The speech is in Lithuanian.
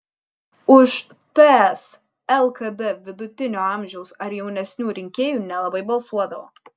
už ts lkd vidutinio amžiaus ar jaunesnių rinkėjų nelabai balsuodavo